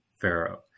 Pharaoh